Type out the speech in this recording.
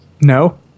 No